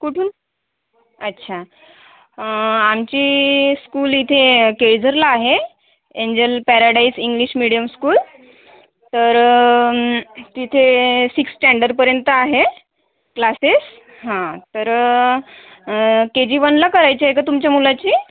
कुठून अच्छा आमची स्कूल इथे केळझरला आहे angel paradise English medium school तर तिथे सिक्स स्टँडर्डपर्यंत आहे क्लासेस हां तर के जी वनला करायची आहे का तुमच्या मुलाची